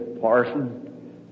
Parson